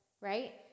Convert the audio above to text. Right